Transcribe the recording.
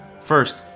First